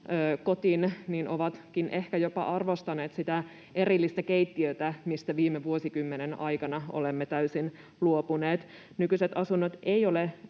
kotiin, ovatkin ehkä jopa arvostaneet sitä erillistä keittiötä, mistä viime vuosikymmenen aikana olemme täysin luopuneet. Nykyiset asunnot eivät ole